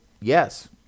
yes